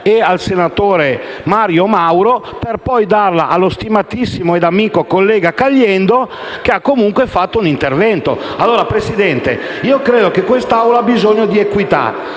e al senatore Mario Mauro, per poi darla allo stimatissimo amico, il collega Caliendo, che ha comunque svolto un intervento. Signora Presidente, quest'Assemblea ha bisogno di equità.